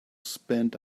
spend